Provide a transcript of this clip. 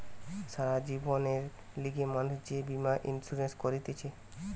সারা জীবনের লিগে মানুষ যে বীমা ইন্সুরেন্স করতিছে